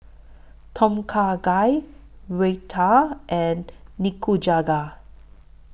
Tom Kha Gai Raita and Nikujaga